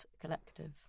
Collective